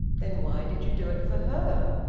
then why did you do it for her?